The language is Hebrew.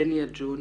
בן יאג'ון